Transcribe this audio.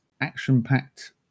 action-packed